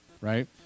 right